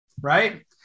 right